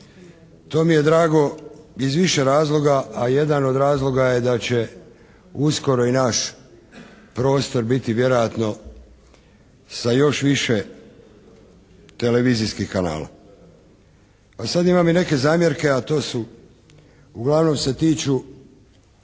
To mi je drago iz više razloga, a jedan od razloga je da će uskoro i naš prostor biti vjerojatno sa još više televizijskih kanala. A sad imamo i neke zamjerke, a to su, uglavnom se tiču